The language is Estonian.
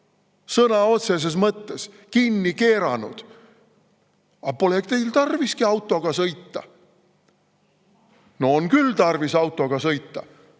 sõna otseses mõttes kinni keeranud. "Aga pole teil tarviski autoga sõita." No on küll tarvis autoga sõita.